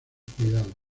cuidado